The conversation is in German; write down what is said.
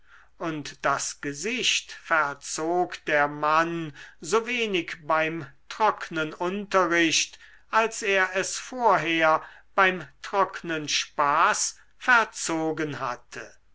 und das gesicht verzog der mann so wenig beim trocknen unterricht als er es vorher beim trocknen spaß verzogen hatte